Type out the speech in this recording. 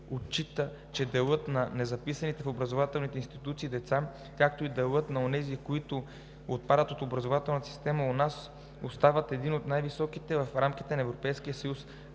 Отчита, че делът на незаписаните в образователните институции деца, както и делът на онези, които отпадат от образователната система у нас, остава един от най високите в рамките на Европейския